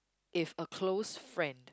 if a close friend